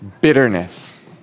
bitterness